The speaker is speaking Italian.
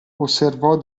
osservò